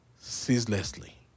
ceaselessly